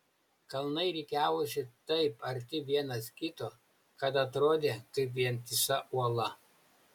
kalnai rikiavosi taip arti vienas kito kad atrodė kaip vientisa uola